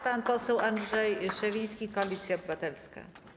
Pan poseł Andrzej Szewiński, Koalicja Obywatelska.